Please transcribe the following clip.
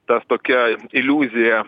ta tokia iliuzija